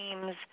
teams